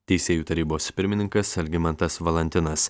teisėjų tarybos pirmininkas algimantas valantinas